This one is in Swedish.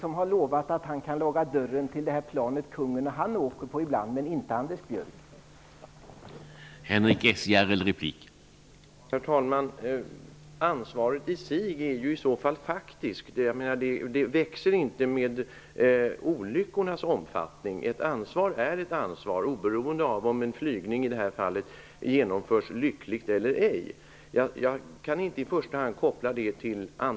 Han har ju lovat att han kan laga dörren på det plan som han och kungen flyger med ibland, men det har inte Anders Björck gjort.